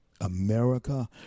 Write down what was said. America